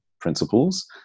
principles